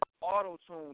auto-tune